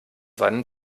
seinen